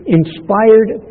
inspired